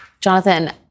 Jonathan